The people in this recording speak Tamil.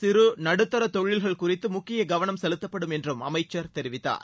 சிறு நடுத்தர தொழில்கள் குறித்து முக்கிய கவனம் செலுத்தப்படும் என்றும் அமைச்சர் தெரிவித்தார்